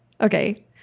Okay